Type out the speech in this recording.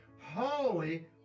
Holy